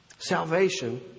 Salvation